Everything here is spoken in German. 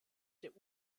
der